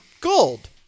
gold